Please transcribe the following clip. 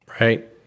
Right